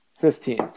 Fifteen